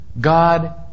God